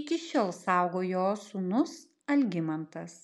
iki šiol saugo jo sūnus algimantas